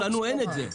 לנו אין את זה.